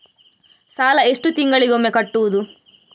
ಸಾಲ ಎಷ್ಟು ತಿಂಗಳಿಗೆ ಒಮ್ಮೆ ಕಟ್ಟುವುದು?